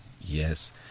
Yes